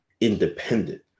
independent